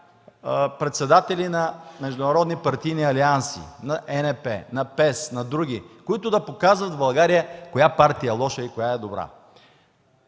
председатели на международни партийни алианси – на ЕНП, на ПЕС, на други, които да показват в България коя партия е лоша и коя е добра.